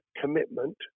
commitment